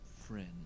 friend